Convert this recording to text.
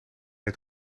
het